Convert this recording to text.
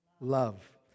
love